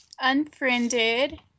Unfriended